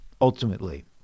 ultimately